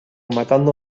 matando